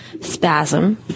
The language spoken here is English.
spasm